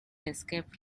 escape